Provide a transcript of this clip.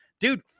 dude